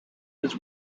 his